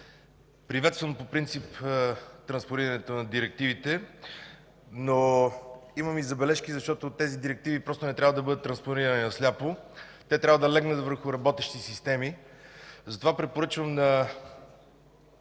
приветствам по принцип транспонирането на директивите, но имам и забележки, защото тези директиви просто не трябва да бъдат транспонирани на сляпо, те трябва да легнат върху работещи системи. Затова препоръчвам на